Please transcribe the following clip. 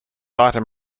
item